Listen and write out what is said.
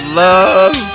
love